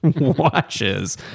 watches